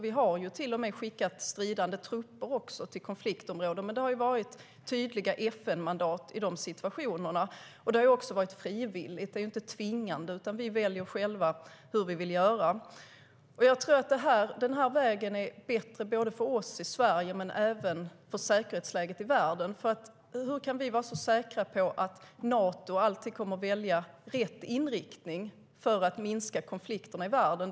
Vi har till och med skickat stridande trupper till konfliktområden, men det har varit tydliga FN-mandat i de situationerna. Det har varit frivilligt, inte tvingande, och vi väljer själva hur vi vill göra. Jag tror att den här vägen är bättre både för oss i Sverige och för säkerhetsläget i världen. Hur kan vi vara så säkra på att Nato alltid kommer att välja rätt inriktning för att minska konflikterna i världen?